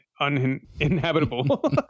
uninhabitable